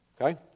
Okay